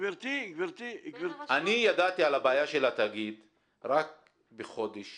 אני ידעתי על הבעיה של התאגיד רק בחודש